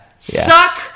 Suck